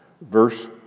verse